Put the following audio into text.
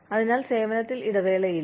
അതിനാൽ സേവനത്തിൽ ഇടവേളയില്ല